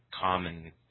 common